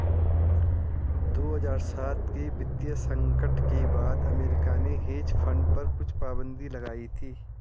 दो हज़ार सात के वित्तीय संकट के बाद अमेरिका ने हेज फंड पर कुछ पाबन्दी लगाई थी